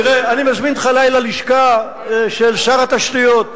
תראה, אני מזמין אותך אלי ללשכה של שר התשתיות.